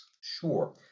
Sure